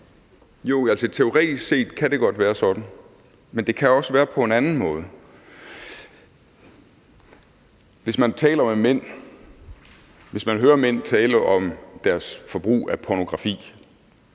Jo, altså teoretisk set kan det godt være sådan. Men det kan også være på en anden måde. Hvis man hører mænd tale om deres forbrug af pornografi,